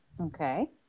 Okay